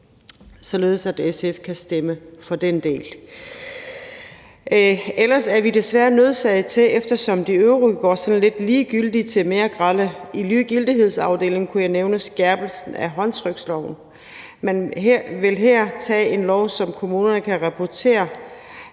således at SF kan stemme for den del. De øvrige forslag går fra det lidt ligegyldige til det mere grelle. I ligegyldighedsafdelingen kan jeg nævne skærpelsen af håndtryksloven. Man vil her tage en lov, som kommunerne kan rapportere